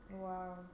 Wow